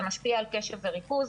זה משפיע על קשב וריכוז.